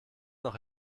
noch